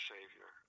Savior